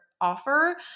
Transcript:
offer